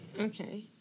Okay